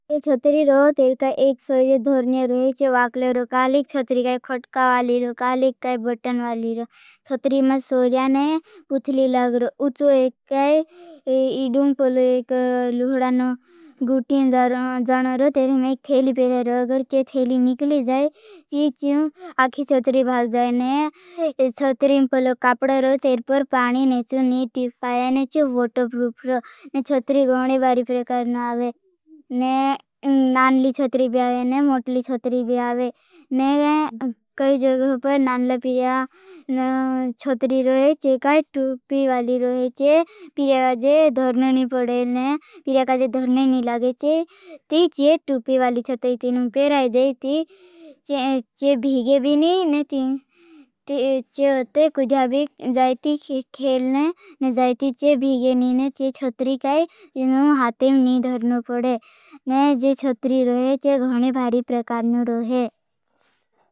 च्छतरी का एक सोर्य धरने रहे चे वाकल रहे। कालिक च्छतरी काई खटका वाली रहे। कालिक काई बटन वाली रहे च्छतरी। मां सोर्याने पुथली लाग रहे। उच्छो एक काई इडूंग पलो एक लुखडानो गुटीन जान रहे। तेरे में एक थेली पेरे रहे। अगर ते थेली निकली जाए। आखी च्छतरी भाग जाए। च्छतरी मां सोर्याने पुथली लाग रहे। तेरे थी अइची होते कुझा बी जाई थी। खेलने जाई थी। चेब़ीगे नीने, चेचछतरी काई तीनों हाथें नी धरन पड़े। ये चेचछतरी रहे चे गोने भारी परकारनू रोहे।